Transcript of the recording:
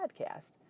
podcast